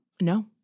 No